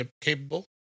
capable